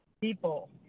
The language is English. people